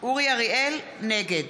נגד